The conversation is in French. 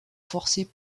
forcés